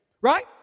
Right